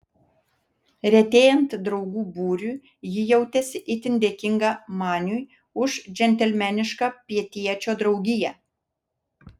retėjant draugų būriui ji jautėsi itin dėkinga maniui už džentelmenišką pietiečio draugiją